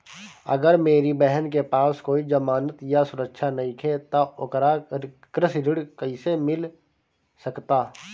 अगर मेरी बहन के पास कोई जमानत या सुरक्षा नईखे त ओकरा कृषि ऋण कईसे मिल सकता?